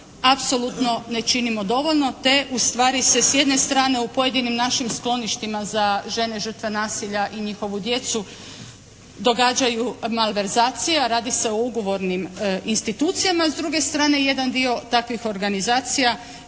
apsolutno ne činimo dovoljno te ustvari se s jedne strane u pojedinim našim skloništima za žene žrtve nasilja i njihovu djecu događaju malverzacije, a radi se o ugovornim institucijama. S druge strane jedan dio takvih organizacija